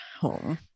home